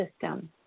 system